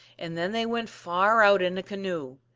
and then they went far out in a canoe,